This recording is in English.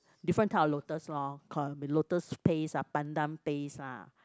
different type of lotus lor can be lotus paste ah pandan paste lah